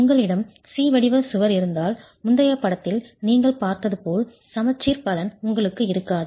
உங்களிடம் C வடிவ சுவர் இருந்தால் முந்தைய படத்தில் நீங்கள் பார்த்தது போல் சமச்சீர் பலன் உங்களுக்கு இருக்காது